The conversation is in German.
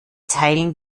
teilen